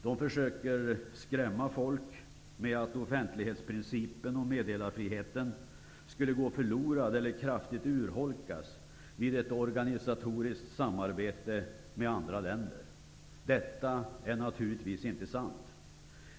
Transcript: De försöker skrämma folk med att offfentlighetsprincipen och meddelarfriheten skulle gå förlorad eller kraftigt urholkas vid ett organiserat samabete med andra länder. Detta är naturligtvis inte sant.